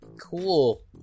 Cool